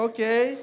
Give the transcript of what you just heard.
Okay